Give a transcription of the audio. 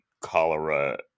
cholera